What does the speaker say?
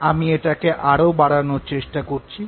আমি এটাকে আরো বাড়ানোর চেষ্টা করছি